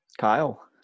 Kyle